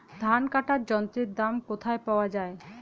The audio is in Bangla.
ধান কাটার যন্ত্রের দাম কোথায় পাওয়া যায়?